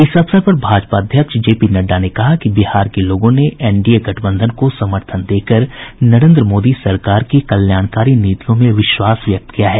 इस अवसर पर भाजपा अध्यक्ष जगत प्रकाश नड्डा ने कहा कि बिहार के लोगों ने राष्ट्रीय जनतांत्रिक गठबंधन को समर्थन देकर नरेंद्र मोदी सरकार की कल्याणकारी नीतियों में विश्वास व्यक्त किया है